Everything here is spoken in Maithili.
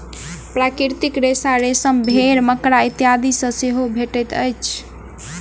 प्राकृतिक रेशा रेशम, भेंड़, मकड़ा इत्यादि सॅ सेहो भेटैत अछि